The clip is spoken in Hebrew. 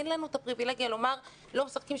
אין לנו את הפריבילגיה לומר: "לא משחקים,